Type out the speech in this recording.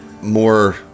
more